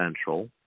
Central